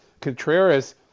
Contreras